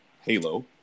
Halo